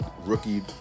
rookie